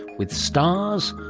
with stars,